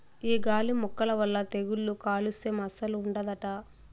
ఈ గాలి మొక్కల వల్ల తెగుళ్ళు కాలుస్యం అస్సలు ఉండదట